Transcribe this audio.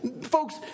Folks